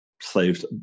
saved